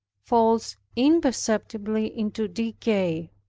falls imperceptibly into decay.